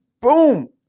boom